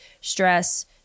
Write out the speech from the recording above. stress